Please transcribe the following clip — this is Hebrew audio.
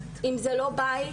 אם זה לא בית,